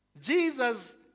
Jesus